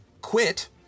quit